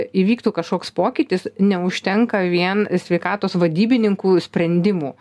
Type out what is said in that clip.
įvyktų kažkoks pokytis neužtenka vien sveikatos vadybininkų sprendimų